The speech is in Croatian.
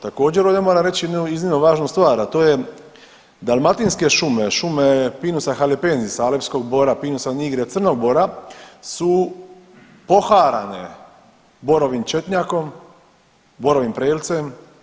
Također moram ovdje reći jednu iznimno važnu stvar, a to je dalmatinske šume, šume pinusa halepensisa, alepskog bora, pinusa nigre, crnog bora su poharane borovim četnjakom, borovim prelcem.